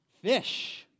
Fish